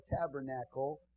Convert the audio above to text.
tabernacle